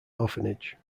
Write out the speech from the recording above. orphanage